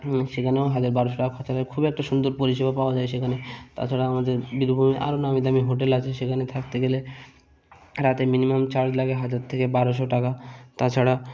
মানে সেখানেও হাজার বারোশো টাকা খরচা লাগে খুব একটা সুন্দর পরিষেবা পাওয়া যায় সেখানে তাছাড়া আমাদের বীরভূমে আরও নামি দামি হোটেল আছে সেখানে থাকতে গেলে রাতে মিনিমাম চার্জ লাগে হাজার থেকে বারোশো টাকা তাছাড়া